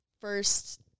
first